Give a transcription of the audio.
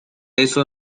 eso